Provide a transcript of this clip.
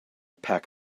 pack